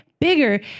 bigger